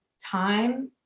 time